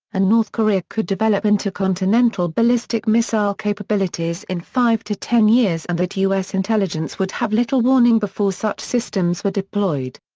and north korea could develop intercontinental ballistic missile capabilities in five to ten years and that u s. intelligence would have little warning before such systems systems were deployed.